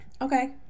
Okay